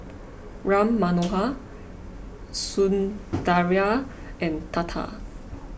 Ram Manohar Sundaraiah and Tata